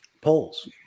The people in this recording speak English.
Polls